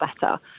better